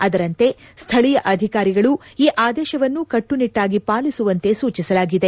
ಅದರಂತೆ ಸ್ಥಳೀಯ ಅಧಿಕಾರಿಗಳು ಈ ಆದೇಶವನ್ನು ಕಟ್ನುನಿಟ್ಟಾಗಿ ಪಾಲಿಸುವಂತೆ ಸೂಚಿಸಲಾಗಿದೆ